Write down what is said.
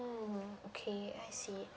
mm okay I see